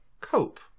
cope